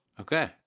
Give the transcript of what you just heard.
Okay